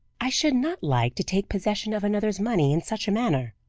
i should not like to take possession of another's money in such a manner.